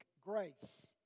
grace